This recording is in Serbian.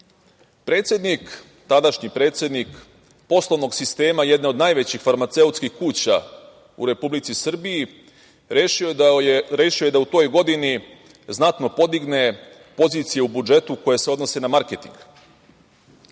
Predsednik, tadašnji predsednik, poslovnog sistema jedne od najvećih farmaceutskih kuća u Republici Srbiji rešio je da u toj godini znatno podigne pozicije u budžetu koje se odnose na marketing